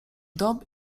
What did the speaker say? dom